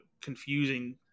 confusing